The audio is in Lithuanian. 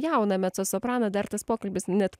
jauną mecosopraną dar tas pokalbis net